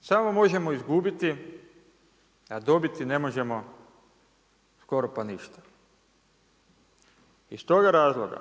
samo možemo izgubiti a dobiti ne možemo skoro pa ništa. Iz toga razloga